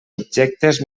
objectes